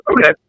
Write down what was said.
Okay